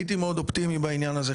הייתי מאוד אופטימי בעניין הזה,